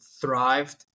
thrived